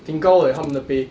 挺高的他们的 pay